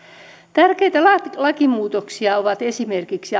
tärkeitä lakimuutoksia ovat esimerkiksi